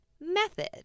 method